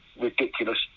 Ridiculous